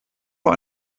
vor